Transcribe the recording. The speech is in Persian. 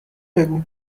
بگو